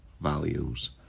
values